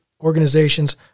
organizations